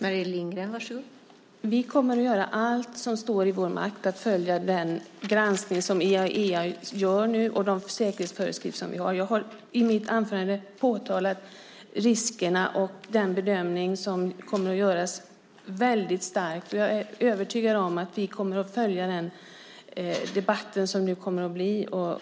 Fru talman! Vi kommer att göra allt som står i vår makt för att följa den granskning som IAEA nu gör och de säkerhetsföreskrifter vi har. Jag har i mitt anförande påtalat riskerna och den bedömning som kommer att göras väldigt starkt, och jag är övertygad om att vi kommer att följa den debatt som kommer att komma.